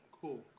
cool